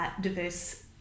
Diverse